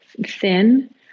thin